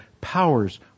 powers